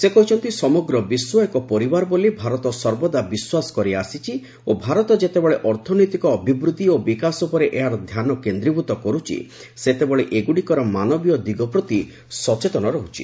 ସେ କହିଛନ୍ତି ସମଗ୍ର ବିଶ୍ୱ ଏକ ପରିବାର ବୋଲି ଭାରତ ସର୍ବଦା ବିଶ୍ୱାସ କରି ଆସିଛି ଓ ଭାରତ ଯେତେବେଳେ ଅର୍ଥନୈତିକ ଅଭିବୃଦ୍ଧି ଓ ବିକାଶ ଉପରେ ଏହାର ଧ୍ୟାନ କେନ୍ଦ୍ରୀଭୂତ କରୁଛି ସେତେବେଳେ ଏଗୁଡ଼ିକର ମାନବୀୟ ଦିଗ ପ୍ରତି ସଚେତନ ରହୁଛି